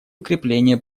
укрепление